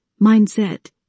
Mindset